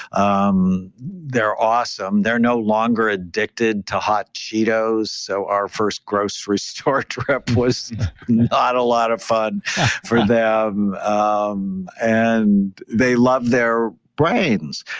um they're awesome. they're no longer addicted to hot cheetos so our first grocery store trip was not a lot of fun for them. um and they loved their brains.